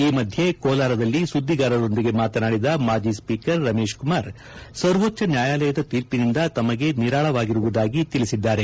ಈ ಮಧ್ಯೆ ಕೋಲಾರದಲ್ಲಿ ಸುದ್ಗಿಗಾರರೊಂದಿಗೆ ಮಾತನಾಡಿದ ಮಾಜಿ ಸ್ನೀಕರ್ ರಮೇಶ್ ಕುಮಾರ್ ಸರ್ವೋಚ್ಹ ನ್ನಾಯಾಲಯದ ತೀರ್ಪಿನಿಂದ ತಮಗೆ ನಿರಾಳವಾಗಿರುವುದಾಗಿ ತಿಳಿಸಿದ್ದಾರೆ